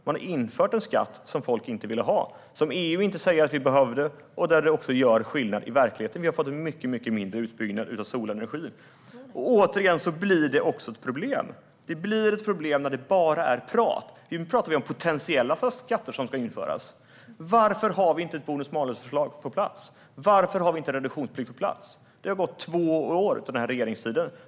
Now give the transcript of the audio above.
Man har infört en skatt som folk inte vill ha och som EU inte säger att vi behöver. Det gör också skillnad i verkligheten. Vi har fått en mycket mindre utbyggnad av solenergi. Återigen blir det ett problem. Det blir ett problem när det bara är prat. Nu pratar vi om potentiella skatter som ska införas. Varför har vi inte ett bonus-malus-förslag på plats? Varför har vi inte en reduktionsplikt på plats? Det har gått två år av regeringstiden.